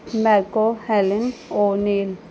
ਮੈਕੋ Helen O'Neill